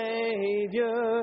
Savior